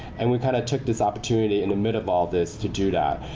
and we kind of took this opportunity in the middle of all this to do that.